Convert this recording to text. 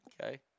Okay